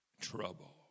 trouble